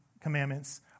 commandments